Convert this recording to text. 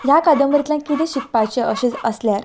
ह्या कादंबरीतल्यान किदें शिकपाचें अशेंच आसल्यार